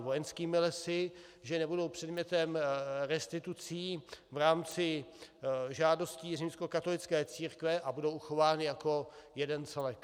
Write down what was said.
Vojenskými lesy, že nebudou předmětem restitucí v rámci žádostí římskokatolické církve a budou uchovány jako jeden celek.